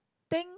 think